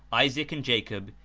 isaac and jacob,